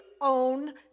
own